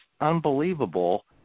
unbelievable